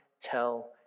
tell